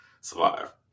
survive